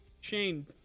Shane